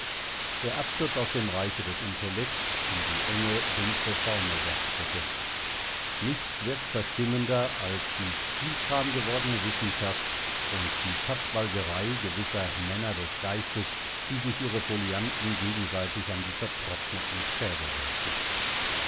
der absturz aus dem reiche des intellekts in die enge dumpfe formelwerkstätte nichts wirkt verstimmender als die spielkram gewordene wissenschaft und die katzbalgerei gewisser männer des geistes die sich ihre folianten gegenseitig an die vertrockneten schädel werfen